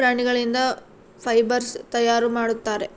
ಪ್ರಾಣಿಗಳಿಂದ ಫೈಬರ್ಸ್ ತಯಾರು ಮಾಡುತ್ತಾರೆ